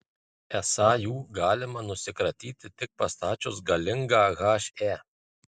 esą jų galima nusikratyti tik pastačius galingą he